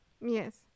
Yes